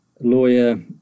lawyer